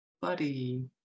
Buddy